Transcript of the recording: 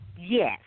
Yes